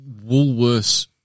Woolworths